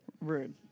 Rude